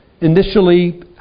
initially